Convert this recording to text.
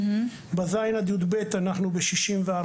ב-ז' עד י"ב אנחנו ב-64%.